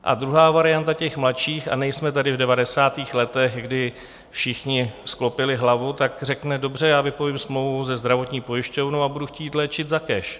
A druhá varianta těch mladších, a nejsme tady v devadesátých letech, kdy všichni sklopili hlavu, tak řekne: Dobře, já vypovím smlouvu se zdravotní pojišťovnou a budu chtít léčit za cash.